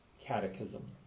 catechism